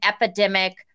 epidemic